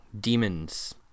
demons